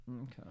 Okay